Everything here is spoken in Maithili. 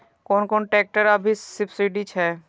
कोन कोन ट्रेक्टर अभी सब्सीडी छै?